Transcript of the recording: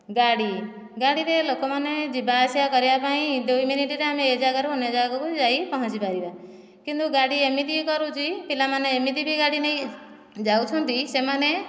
ଗାଡ଼ି ଗାଡ଼ିରେ ଲୋକମାନେ ଯିବା ଆସିବା କରିବା ପାଇଁ ଦୁଇ ମିନିଟରେ ଆମେ ଏହି ଜାଗାରୁ ଅନ୍ୟ ଜାଗାକୁ ଯାଇ ପହଞ୍ଚି ପାରିବା କିନ୍ତୁ ଗାଡ଼ି ଏମିତି କରୁଛି ପିଲାମାନେ ଏମିତି ବି ଗାଡ଼ି ନେଇକି ଯାଉଛନ୍ତି ସେମାନେ